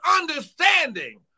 understanding